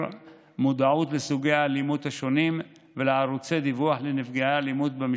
מודעות לסוגי האלימות השונים ולערוצי דיווח לנפגעי אלימות במשפחה.